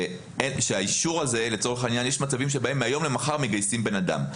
יש מצבים בהם מהיום למחר מגייסים בן אדם.